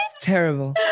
terrible